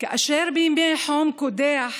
כאשר בימי חום קודח